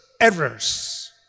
errors